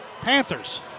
Panthers